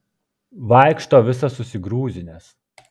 vaikšto visas susigrūzinęs